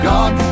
God